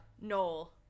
Noel